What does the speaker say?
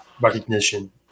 recognition